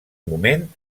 moment